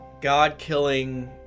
God-killing